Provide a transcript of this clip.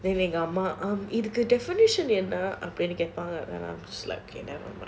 எங்க அம்மா இதுக்கு:enga amma idhuku definition வேணும் அப்டினு கேட்பாங்க:venum apdinu ketpaanga okay then I'm like never mind